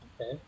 Okay